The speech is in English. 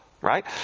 Right